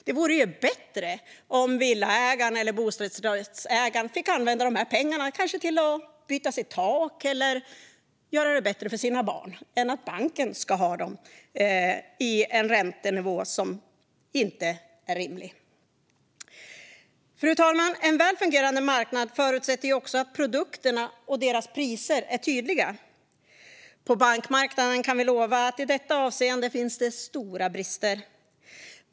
Det vore ju bättre om villaägarna och bostadsrättsägarna fick använda de här pengarna till att kanske byta sitt tak eller göra det bättre för sina barn än att banken ska ha dem utifrån en räntenivå som inte är rimlig. Fru talman! En väl fungerande marknad förutsätter också att produkterna och deras priser är tydliga. På bankmarknaden kan jag lova att det i detta avseende finns stora brister.